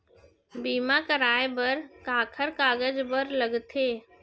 बीमा कराय बर काखर कागज बर लगथे?